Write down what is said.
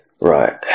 right